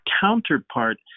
counterpart